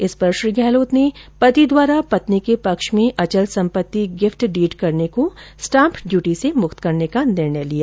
इस पर श्री गहलोत ने पति द्वारा पत्नी के पक्ष में अचल संपत्ति गिफ्ट डीड करने को स्टाम्प ड्यूटी से मुक्त करने का निर्णय लिया